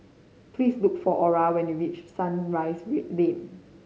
please look for Ora when you reach Sunrise Lane